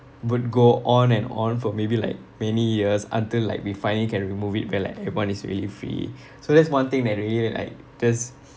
would go on and on for maybe like many years until like we finally can remove it when like everyone is really free so that's one thing that really like just